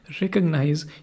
recognize